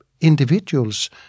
individuals